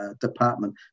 department